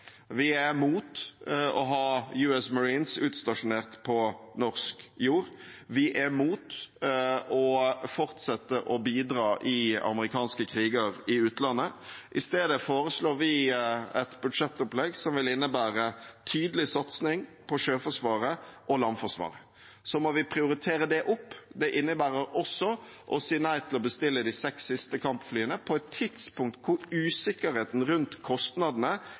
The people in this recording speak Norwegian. Vi er imot å ha US Marines utstasjonert på norsk jord, vi er imot å fortsette å bidra i amerikanske kriger i utlandet. I stedet foreslår vi et budsjettopplegg som vil innebære tydelig satsing på sjøforsvaret og landforsvaret. Da må vi prioritere det opp. Det innebærer også å si nei til å bestille de seks siste kampflyene på et tidspunkt hvor usikkerheten rundt kostnadene